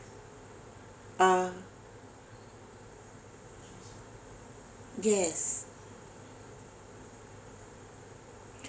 uh yes